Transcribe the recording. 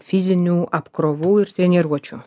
fizinių apkrovų ir treniruočių